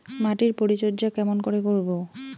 মাটির পরিচর্যা কেমন করে করব?